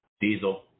Diesel